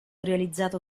realizzato